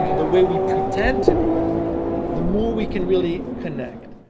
you know the way we pretend to be the more we can really connect.